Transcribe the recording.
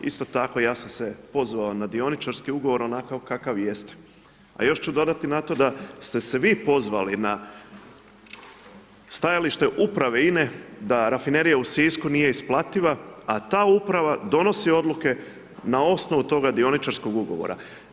Isto tako, ja sam se pozvao na dioničarski ugovor onakav kakav jeste, a još ću dodati na to da ste se vi pozvali na stajalište uprave INA-e da Rafinerija u Sisku nije isplativa, a ta uprava donosi odluke na osnovu toga dioničarskog ugovora.